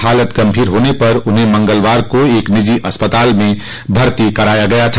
हालत गंभीर होने पर उन्हें मंगलवार को एक निजी अस्पताल में भर्ती कराया गया था